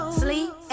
sleep